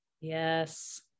Yes